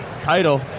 Title